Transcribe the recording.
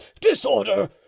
disorder